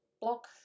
block